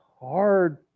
hard